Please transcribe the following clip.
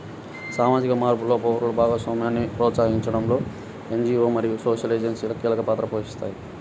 సామాజిక మార్పులో పౌరుల భాగస్వామ్యాన్ని ప్రోత్సహించడంలో ఎన్.జీ.వో మరియు సోషల్ ఏజెన్సీలు కీలక పాత్ర పోషిస్తాయి